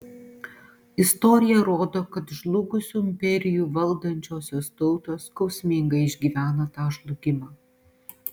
istorija rodo kad žlugusių imperijų valdančiosios tautos skausmingai išgyvena tą žlugimą